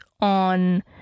on